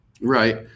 Right